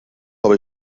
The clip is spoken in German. habe